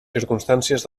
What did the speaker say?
circumstàncies